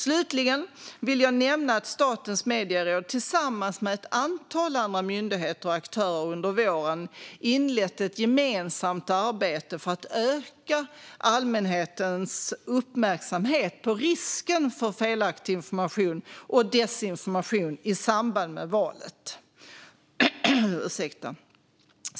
Slutligen vill jag nämna att Statens medieråd tillsammans med ett antal andra myndigheter och aktörer under våren inlett ett gemensamt arbete för att öka allmänhetens uppmärksamhet på risken för felaktig information och desinformation i samband med valet.